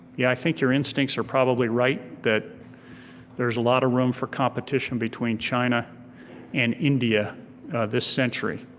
yeah, i think your instincts are probably right that there's a lot of room for competition between china and india this century.